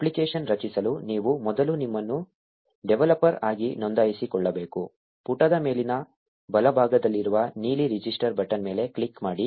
application ರಚಿಸಲು ನೀವು ಮೊದಲು ನಿಮ್ಮನ್ನು ಡೆವಲಪರ್ ಆಗಿ ನೋಂದಾಯಿಸಿಕೊಳ್ಳಬೇಕು ಪುಟದ ಮೇಲಿನ ಬಲಭಾಗದಲ್ಲಿರುವ ನೀಲಿ ರಿಜಿಸ್ಟರ್ ಬಟನ್ ಮೇಲೆ ಕ್ಲಿಕ್ ಮಾಡಿ